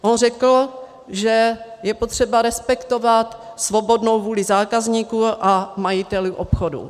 On řekl, že je potřeba respektovat svobodnou vůlí zákazníků a majitelů obchodu.